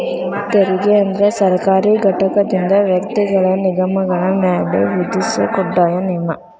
ತೆರಿಗೆ ಅಂದ್ರ ಸರ್ಕಾರಿ ಘಟಕದಿಂದ ವ್ಯಕ್ತಿಗಳ ನಿಗಮಗಳ ಮ್ಯಾಲೆ ವಿಧಿಸೊ ಕಡ್ಡಾಯ ನಿಯಮ